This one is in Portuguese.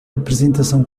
apresentação